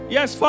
Yes